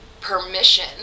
permission